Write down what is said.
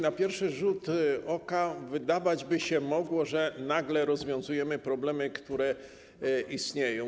Na pierwszy rzut oka wydawać by się mogło, że nagle rozwiązujemy problemy, które istnieją.